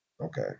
okay